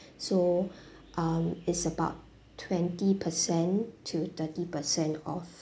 so um it's about twenty percent to thirty percent off